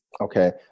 Okay